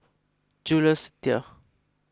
Jules Itier